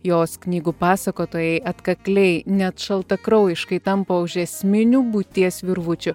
jos knygų pasakotojai atkakliai net šaltakraujiškai tampo už esminių būties virvučių